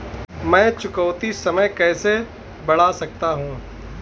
मैं चुकौती समय कैसे बढ़ा सकता हूं?